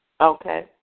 Okay